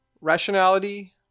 rationality